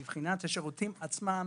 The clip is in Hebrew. מבחינת השירותים עצמם,